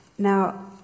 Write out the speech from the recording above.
Now